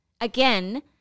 again